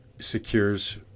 secures